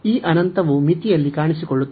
ಈ ಅನಂತವು ಮಿತಿಯಲ್ಲಿ ಕಾಣಿಸಿಕೊಳ್ಳುತ್ತದೆ